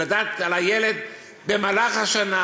ולדעת על הילד במהלך השנה,